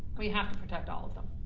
we have to protect allof them.